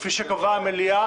כפי שקבעה המליאה.